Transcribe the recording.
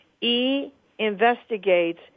e-Investigates